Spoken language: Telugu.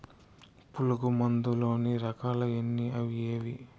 పులుగు మందు లోని రకాల ఎన్ని అవి ఏవి?